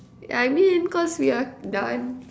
I mean cause we are done